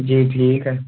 جی ٹھیک ہے